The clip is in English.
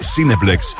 Cineplex